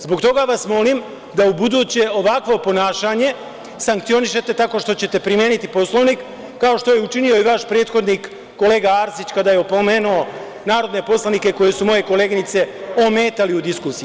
Zbog toga vas molim da ubuduće ovakvo ponašanje sankcionišete tako što ćete primeniti Poslovnik, kao što je učinio i vaš prethodnik kolega Arsić kada je opomenuo narodne poslanike koje su moje koleginice ometali u diskusiji.